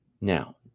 Now